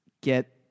get